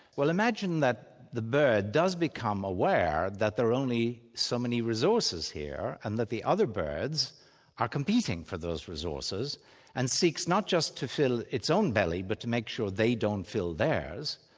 well imagine that the bird does become aware that there are only so many resources here and that the other birds are competing for those resources and seeks not just to fill its own belly, but to make sure they don't fill theirs.